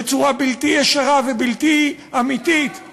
בצורה בלתי ישרה ובלתי אמיתית,